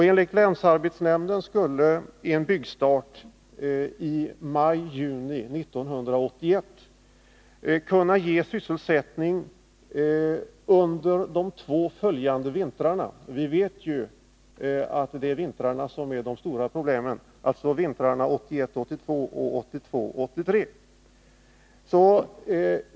Enligt länsarbetsnämnden skulle en byggstart i maj 82 och 1982/83 som är de stora problemen.